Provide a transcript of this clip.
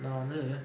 நா வந்து:naa vanthu